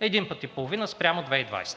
Един път и половина спрямо 2020